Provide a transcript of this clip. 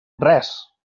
res